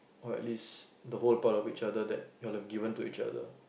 or at least the whole part of each other that you'd have given to each other